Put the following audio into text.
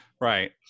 right